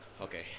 Okay